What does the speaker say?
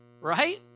right